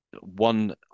one